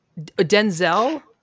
Denzel